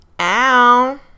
Ow